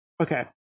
okay